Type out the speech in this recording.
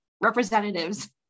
representatives